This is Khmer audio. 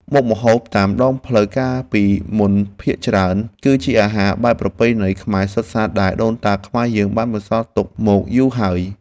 មុខម្ហូបតាមដងផ្លូវកាលពីមុនភាគច្រើន គឺជាអាហារបែបប្រពៃណីខ្មែរសុទ្ធសាធដែលដូនតាខ្មែរយើងបានបន្សល់ទុកមកយូរហើយ។